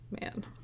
man